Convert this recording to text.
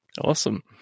Awesome